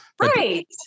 Right